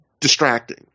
distracting